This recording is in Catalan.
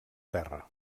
terra